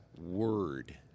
word